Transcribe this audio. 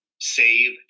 save